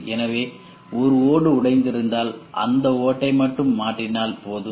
எனவே ஒரு ஓடு உடைந்திருந்தால் அந்த ஓடை மட்டும் மாற்றினால் போதும்